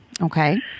Okay